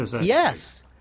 yes